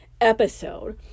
episode